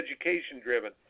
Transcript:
education-driven